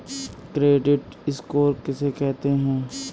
Credit score किसे कहते हैं?